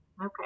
Okay